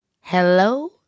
Hello